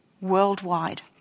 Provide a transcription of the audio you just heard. worldwide